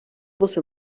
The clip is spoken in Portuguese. você